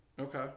Okay